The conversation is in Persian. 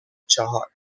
چهار